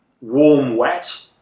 warm-wet